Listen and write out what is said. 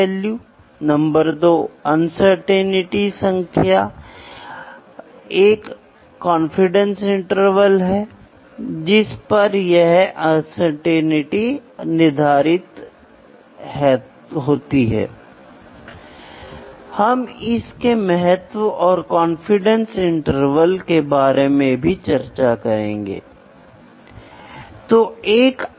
इसलिए यदि आप सही असेंबली चाहते हैं जैसे कि आपका प्रोडक्ट सबसे अच्छी एफिशिएंसी के लिए काम कर रहा है तो आपके पास पार्ट डायमेंशन और डेविएशन को मापने के लिए एक मापने वाला उपकरण होना चाहिए